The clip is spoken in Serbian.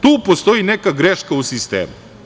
Tu postoji neka greška u sistemu.